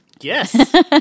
Yes